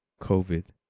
COVID